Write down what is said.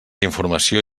informació